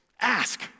Ask